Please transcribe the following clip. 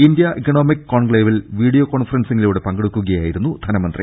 India economic കോൺക്ലേവിൽ video കോൺഫറൻസിങ്ങിലൂടെ പങ്കെടുക്കുകയായി രുന്നു ധനമന്ത്രി